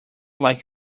like